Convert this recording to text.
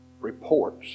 reports